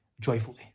Joyfully